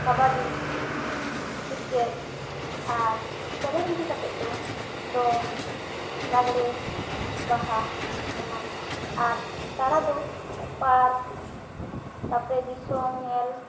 kabaddi cricket ᱟᱨ ᱥᱮᱨᱮᱧ ᱤᱫᱤ ᱠᱟᱛᱮ ᱫᱚ ᱫᱚᱝ ᱞᱟᱜᱽᱬᱮ ᱵᱟᱦᱟ ᱮᱢᱟᱱ ᱟᱨ ᱫᱟᱬᱟ ᱫᱚ ᱯᱟᱨᱠ ᱛᱟᱨᱯᱚᱨᱮ ᱫᱤᱥᱚᱢ ᱧᱮᱞ